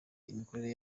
n’imikorere